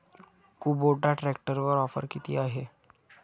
Kubota ट्रॅक्टरवर offer किती आहे?